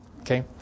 Okay